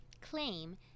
claim